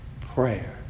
Prayer